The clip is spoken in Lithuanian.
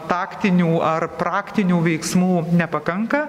taktinių ar praktinių veiksmų nepakanka